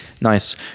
Nice